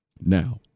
Now